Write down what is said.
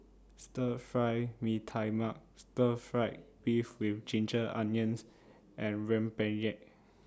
Stir Fry Mee Tai Mak Stir Fried Beef with Ginger Onions and Rempeyek